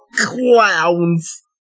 clowns